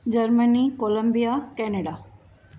Germany Columbia Canada